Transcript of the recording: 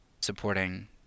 supporting